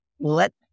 let